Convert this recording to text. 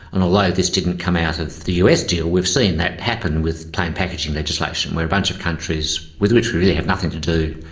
and although this didn't come out of the us deal, we've seen that happen with plain packaging legislation where a bunch of countries, with which we really have nothing to do,